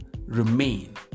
remain